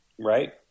right